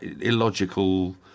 illogical